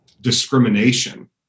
discrimination